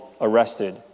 arrested